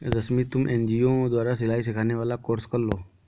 रश्मि तुम एन.जी.ओ द्वारा सिलाई सिखाने वाला कोर्स कर लो